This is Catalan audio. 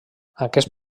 aquest